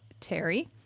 Terry